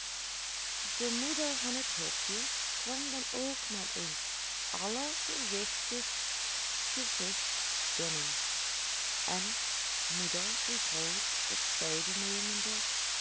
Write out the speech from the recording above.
de moeder van het hofje kwam dan ook met een allergewichtigst gezicht binnen en moeder de groot op zijde nemende